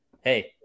hey